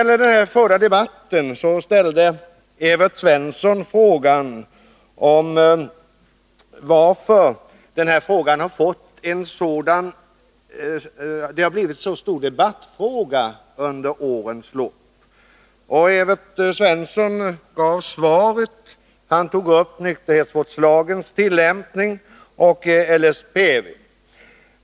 I den förda debatten ställde Evert Svensson frågan varför detta har blivit ett så stort debattämne under årens lopp. Evert Svensson gav svaret; han tog upp nykterhetsvårdslagens tillämpning och LSPV.